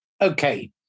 Okay